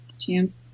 chance